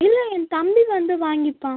இல்லை என் தம்பி வந்து வாங்கிப்பான்